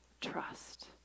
trust